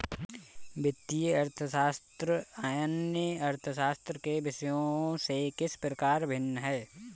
वित्तीय अर्थशास्त्र अन्य अर्थशास्त्र के विषयों से किस प्रकार भिन्न है?